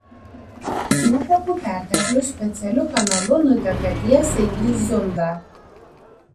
nuotekų perteklius specialiu kanalu nuteka tiesiai į zundą